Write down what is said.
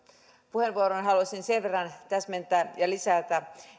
puheenvuoroon liittyen haluaisin sen verran täsmentää ja lisätä